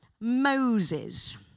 Moses